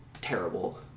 terrible